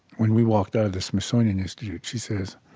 when we walked out of the smithsonian institute she said,